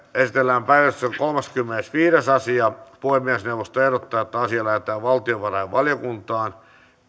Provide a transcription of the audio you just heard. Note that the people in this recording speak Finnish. esitellään päiväjärjestyksen kolmaskymmenesviides asia puhemiesneuvosto ehdottaa että asia lähetetään valtiovarainvaliokuntaan